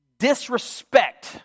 disrespect